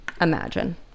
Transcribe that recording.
imagine